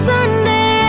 Sunday